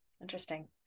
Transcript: interesting